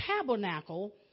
tabernacle